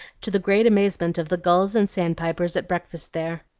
to the great amazement of the gulls and sandpipers at breakfast there.